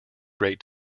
great